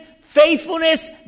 faithfulness